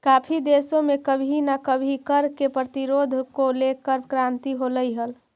काफी देशों में कभी ना कभी कर के प्रतिरोध को लेकर क्रांति होलई हल